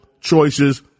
choices